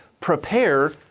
prepare